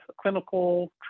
clinical